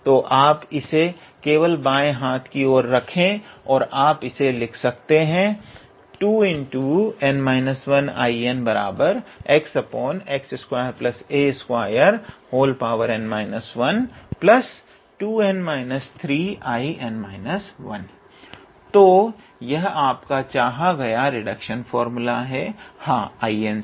तो आप इसे केवल बाएं हाथ की ओर रखें और आप इसे लिख सकते हैं 2Inxx2a2n 1In 1 तो यह आपका चाहा गया रिडक्शन फार्मूला है हां 𝐼𝑛 से